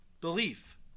belief